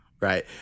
Right